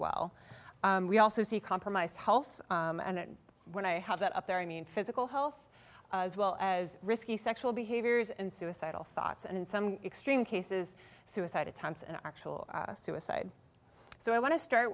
well we also see compromised health and when i have that up there i mean physical health as well as risky sexual behaviors and suicidal thoughts and in some extreme cases suicide attempts and actual suicide so i want to start